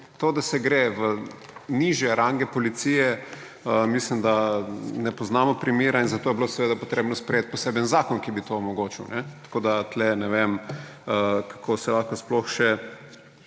To, da se gre v nižje range policije, mislim, da ne poznamo primera, in zato je bilo seveda treba sprejeti poseben zakon, ki bi to omogočal. Ne vem, kako se lahko tule sploh še